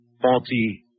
faulty